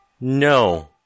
No